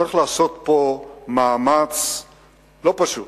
צריך לעשות פה מאמץ לא פשוט